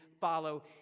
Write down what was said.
follow